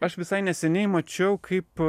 aš visai neseniai mačiau kaip